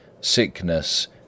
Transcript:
sickness